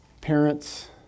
Parents